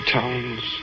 towns